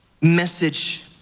message